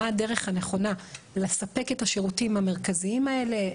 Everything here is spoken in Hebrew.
מה הדרך הנכונה לספק את השירותים המרכזיים האלה,